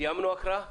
סיימנו הקראה?